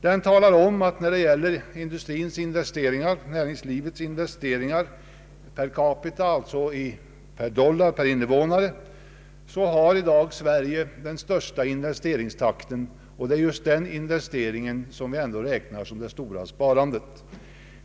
Denna rapport visar att när det gäller näringslivets investeringar i dollar per capita har Sverige den största investeringstakten, och det är just den investeringen man räknar som det stora sparandet.